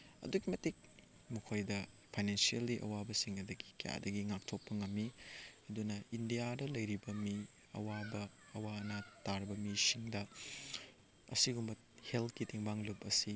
ꯑꯗꯨꯛꯀꯤ ꯃꯇꯤꯛ ꯃꯈꯣꯏꯗ ꯐꯥꯏꯅꯥꯟꯁ꯭ꯌꯦꯜꯂꯤ ꯑꯋꯥꯕꯁꯤꯡ ꯑꯗꯒꯤ ꯀꯌꯥꯗꯒꯤ ꯉꯥꯛꯊꯣꯛꯄ ꯉꯝꯃꯤ ꯑꯗꯨꯅ ꯏꯟꯗꯤꯌꯥꯗ ꯂꯩꯔꯤꯕ ꯃꯤ ꯑꯋꯥꯕ ꯑꯋꯥ ꯑꯅꯥ ꯇꯥꯔꯕ ꯃꯤꯁꯤꯡꯗ ꯑꯁꯤꯒꯨꯝꯕ ꯍꯦꯜꯠꯀꯤ ꯇꯦꯡꯕꯥꯡ ꯂꯨꯞ ꯑꯁꯤ